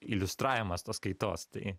iliustravimas tos kaitos tai